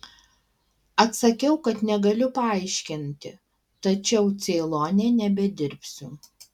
atsakiau kad negaliu paaiškinti tačiau ceilone nebedirbsiu